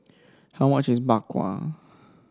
how much is Bak Kwa